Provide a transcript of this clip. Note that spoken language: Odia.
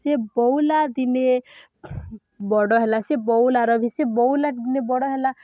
ସେ ବଉଲା ଦିନେ ବଡ଼ ହେଲା ସେ ବଉଲାର ବି ସେ ବଉଲା ଦିନେ ବଡ଼ ହେଲା